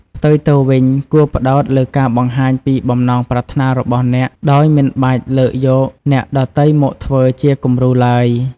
ផ្ទុយទៅវិញ គួរផ្ដោតលើការបង្ហាញពីបំណងប្រាថ្នារបស់អ្នកដោយមិនបាច់លើកយកអ្នកដទៃមកធ្វើជាគំរូឡើយ។